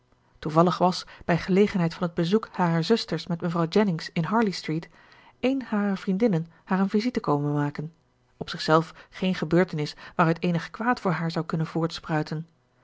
toevallig was bij gelegenheid van het bezoek harer zusters met mevrouw jennings in harley street eene harer vriendinnen haar een visite komen maken op zichzelf geen gebeurtenis waaruit eenig kwaad voor haar zou kunnen